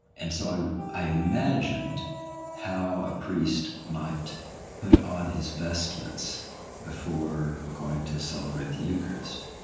and so i i imagined how a priest might put on his vestments before going to celebrate the eucharist,